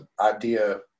idea